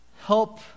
help